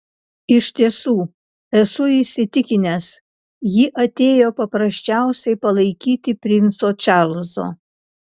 iš tiesų esu įsitikinęs ji atėjo paprasčiausiai palaikyti princo čarlzo